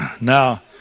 Now